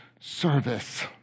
service